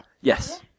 Yes